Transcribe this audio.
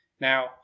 Now